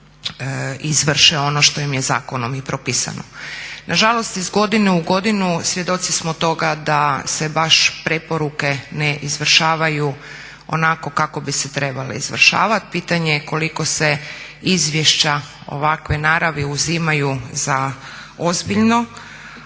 izvrše ono što im je zakonom i propisano. Nažalost iz godine u godinu svjedoci smo toga da se baš preporuke ne izvršavaju onako kako bi se trebale izvršavat. Pitanje je koliko se izvješća ovakve naravi uzimaju za ozbiljno